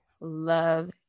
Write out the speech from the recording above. love